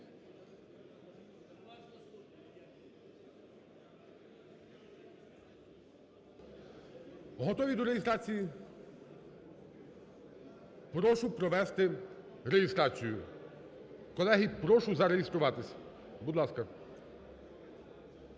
Готові до реєстрації? Прошу провести реєстрацію. Колеги, прошу зареєструватись. Будь ласка.